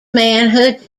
manhood